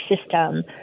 system